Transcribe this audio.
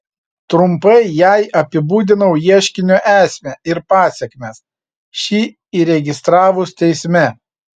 trumpai jai apibūdinau ieškinio esmę ir pasekmes šį įregistravus teisme